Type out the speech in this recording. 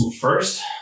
first